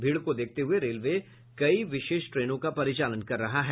भीड़ को देखते हुये रेलवे कई विशेष ट्रेनों का परिचालन कर रहा है